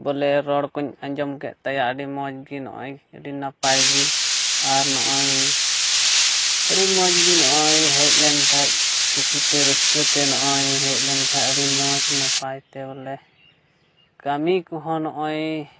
ᱵᱚᱞᱮ ᱨᱚᱲ ᱠᱚᱧ ᱟᱡᱚᱢ ᱠᱮᱜ ᱛᱟᱭᱟ ᱟᱹᱰᱤ ᱢᱚᱡᱽ ᱜᱮ ᱱᱚᱜᱼᱚᱭ ᱟᱹᱰᱤ ᱱᱟᱯᱟᱭ ᱜᱮ ᱟᱨ ᱱᱚᱜᱼᱚᱭ ᱟᱹᱰᱤ ᱢᱚᱡᱽᱜᱮ ᱱᱚᱜᱼᱚᱭ ᱦᱮᱡ ᱞᱮᱱᱠᱷᱟᱱ ᱠᱩᱥᱤᱛᱮ ᱨᱟᱹᱥᱠᱟᱹᱛᱮ ᱱᱚᱜᱼᱚᱭ ᱦᱮᱡ ᱞᱮᱱᱠᱷᱟᱡ ᱟᱹᱰᱤ ᱢᱚᱡᱽ ᱱᱟᱯᱟᱭᱛᱮ ᱵᱚᱞᱮ ᱠᱟᱹᱢᱤ ᱠᱚᱦᱚᱸ ᱱᱚᱜᱼᱚᱭ